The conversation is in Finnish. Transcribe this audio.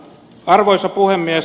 arvoisa puhemies